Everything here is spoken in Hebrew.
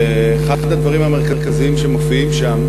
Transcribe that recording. ואחד הדברים המרכזיים שמופיעים שם,